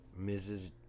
Mrs